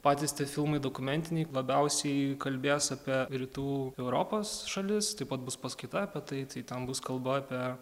patys tie filmai dokumentiniai labiausiai kalbės apie rytų europos šalis taip pat bus paskaita apie tai ten bus ka apie